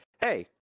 hey